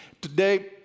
today